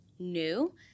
new